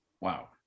wow